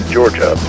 Georgia